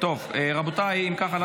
אם כך,